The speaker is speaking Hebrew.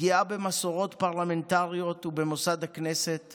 פגיעה במסורות פרלמנטריות ובמוסד הכנסת